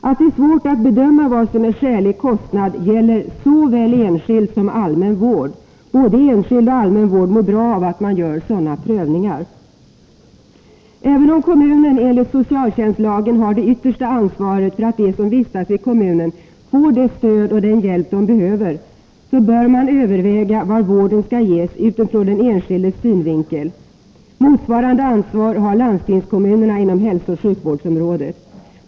Att det är svårt att bedöma vad som är skälig kostnad gäller såväl enskild som allmän vård. Både enskild och allmän vård mår bra av att man gör sådana prövningar. Även om kommunen enligt socialtjänstlagen har det yttersta ansvaret för att de människor som vistas i kommunen får det stöd och den hjälp de behöver, bör man överväga var vården skall ges ur den enskildes synvinkel. Motsvarande ansvar har landstingskommunerna inom hälsooch sjukvårdsområdet.